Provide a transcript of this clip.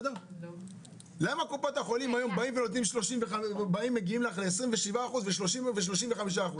למה קופות החולים מגיעות ל-27% ו-30% ו-35%?